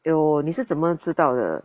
!aiyo! 你是怎么知道的